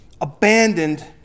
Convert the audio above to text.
abandoned